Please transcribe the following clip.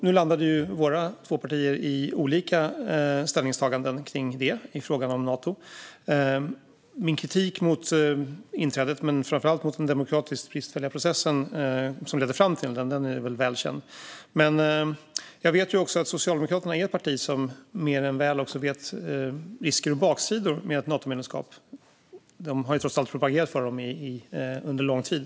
Nu landade våra två partier i olika ställningstaganden i fråga om Nato. Min kritik mot inträdet, men framför allt mot den demokratiskt bristfälliga processen som ledde fram till det, är väl känd. Men jag vet också att Socialdemokraterna är ett parti som mer än väl också vet risker och baksidor med ett Natomedlemskap. De har trots allt propagerat för dem under lång tid.